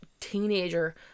teenager